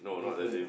different